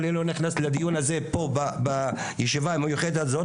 אני לא נכנס לדיון הזה פה בישיבה המיוחדת הזאת